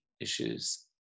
issues